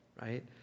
right